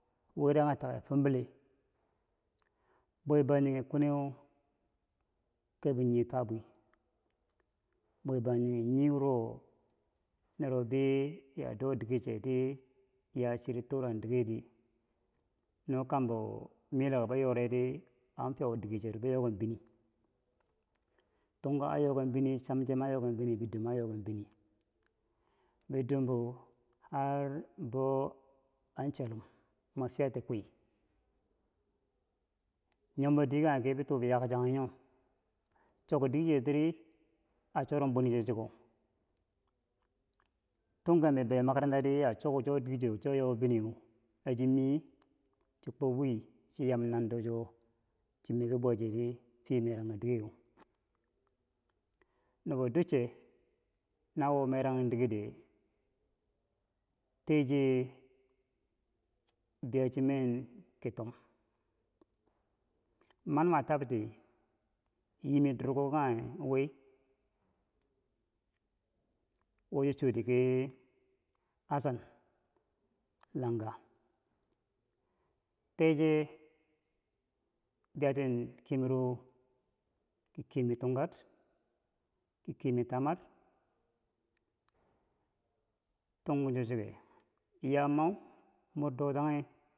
wirenye ki take fumbile bwe- bangjinghe kweneu kebo nii twabwi, bwebangjinghe niwuro nere bi biya do dike cheti yachere torang diketi no kambo melako yoredi an fiyau diker che bou yoken binee tunga an yoken bini cham chem anyoken bini, bidombo anyoken bini bi dombo har bo an chelum mwa fiya ti kwii nyombou dikekanghe ki bi tuu bi yakchanyi nyo chok diker che tiri a chorum bwini cho chuko tungen bibei makarantari a chok cho dike cho yo biniyeu na chi mi ye chi kwou wi chi yam nando cho chi me bibwecheti fiye merangka dikekeu nubo ducce nawo merang diker di teeche biya cinen ki tom ma ma tab ti yi mi durko kanghe wi wo chi chwoti ki Hassan langa teche biya ten kemero ki kemer tungkar, ki kemer tamar, tunghu cho chike ya mau mor dotanghe.